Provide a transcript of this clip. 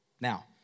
Now